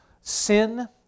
sin